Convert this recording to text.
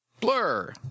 blur